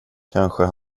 kanske